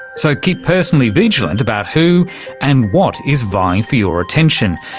so keep personally vigilant about who and what is vying for your attention,